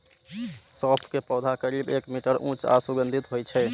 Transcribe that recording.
सौंफ के पौधा करीब एक मीटर ऊंच आ सुगंधित होइ छै